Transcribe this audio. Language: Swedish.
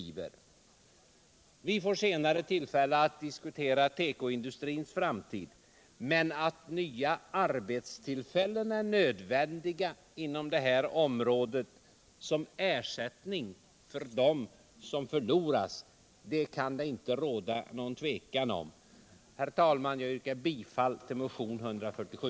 Vi får senare tillfälle att diskutera tekoindustrins framtid, men att nya arbetstillfällen är nödvändiga inom området som ersättning för dem som förlorats kan det inte råda något tvivel om. Herr talman! Jag yrkar bifall till motionen 147.